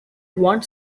one